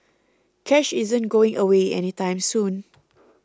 cash isn't going away any time soon